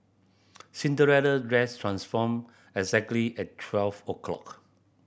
Cinderella dress transformed exactly at twelve o'clock